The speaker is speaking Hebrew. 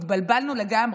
התבלבלנו לגמרי.